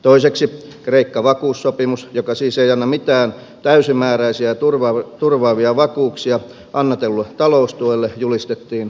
toiseksi kreikka vakuussopimus joka siis ei anna mitään täysimääräisiä ja turvaavia vakuuksia annetulle taloustuelle julistettiin salaiseksi